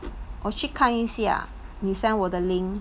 我去看一下你 send 我的 link